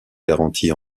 garantit